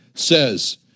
says